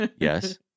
Yes